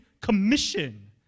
Commission